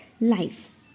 life